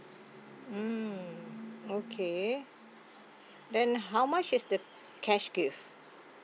mm okay then how much is the cash gift